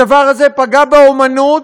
הדבר הזה פגע באמנות,